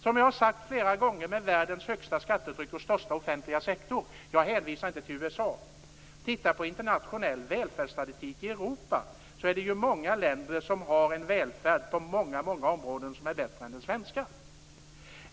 Som jag har sagt flera gånger har Sverige världens högsta skattetryck och största offentliga sektor. Jag hänvisar inte till USA. Titta på internationell välfärdsstatistik i Europa! Då ser man att många länder har en välfärd som på många områden är bättre än den svenska.